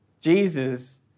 Jesus